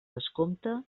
vescomte